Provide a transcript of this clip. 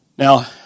Now